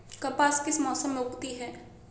कपास किस मौसम में उगती है?